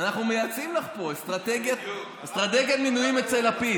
אנחנו מייעצים לך פה אסטרטגיית מינויים אצל לפיד.